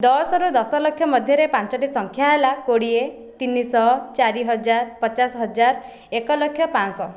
ଦଶରୁ ଦଶ ଲକ୍ଷ ମଧ୍ୟରେ ପାଞ୍ଚୋଟି ସଂଖ୍ୟା ହେଲା କୋଡ଼ିଏ ତିନିଶହ ଚାରି ହଜାର ପଚାଶ ହଜାର ଏକ ଲକ୍ଷ ପାଞ୍ଚଶହ